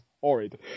horrid